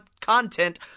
content